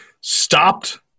stopped